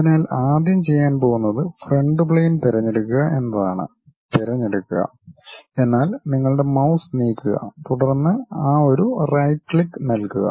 അതിനാൽ ആദ്യം ചെയ്യാൻ പോകുന്നത് ഫ്രണ്ട് പ്ളെയിൻ തിരഞ്ഞെടുക്കുക എന്നതാണ് തിരഞ്ഞെടുക്കുക എന്നാൽ നിങ്ങളുടെ മൌസ് നീക്കുക തുടർന്ന് ആ ഒരു റൈറ്റ് ക്ലിക്ക് നൽകുക